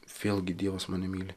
vėlgi dievas mane myli